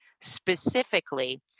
specifically